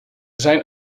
zijn